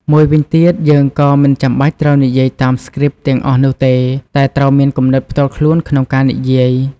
មួយវិញទៀតយើងក៏មិនចាំបាច់ត្រូវនិយាយតាមស្គ្រីបទាំងអស់នោះទេ តែត្រូវមានគំនិតផ្ទាល់ខ្លួនក្នុងការនិយាយ។